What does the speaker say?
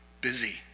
busy